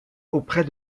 auprès